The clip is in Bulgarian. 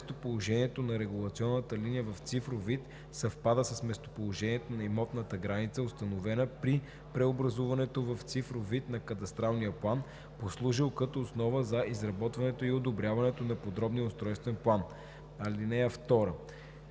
местоположението на регулационната линия в цифров вид съвпада с местоположението на имотната граница, установена при преобразуването в цифров вид на кадастралния план, послужил като основа за изработването и одобряването на подробния устройствен план. (2)